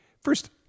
first